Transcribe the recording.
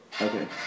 Okay